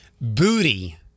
Booty